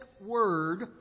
word